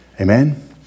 Amen